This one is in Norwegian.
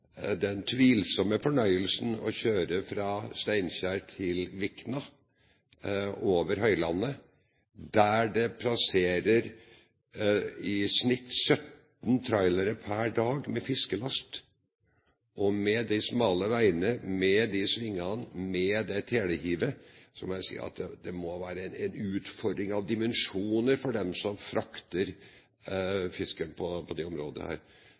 hadde jeg den tvilsomme fornøyelsen av å kjøre fra Steinkjer til Vikna, over høylandet, der det hver dag i snitt passerer 17 trailere med fiskelast. Og med de smale veiene, med de svingene og med det telehivet, så må det være en utfordring av dimensjoner for den som frakter fisken på denne distansen! Så noen veier blir riktignok bedre, men det